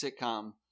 sitcom